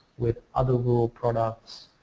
with other rural products